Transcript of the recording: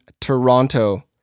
Toronto